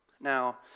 Now